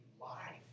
life